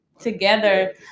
together